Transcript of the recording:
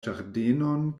ĝardenon